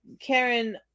Karen